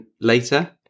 later